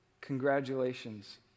Congratulations